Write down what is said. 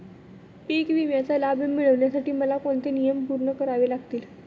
पीक विम्याचा लाभ मिळण्यासाठी मला कोणते नियम पूर्ण करावे लागतील?